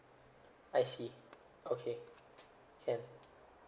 I see okay can